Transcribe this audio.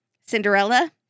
Cinderella